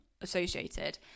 associated